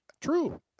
True